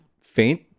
faint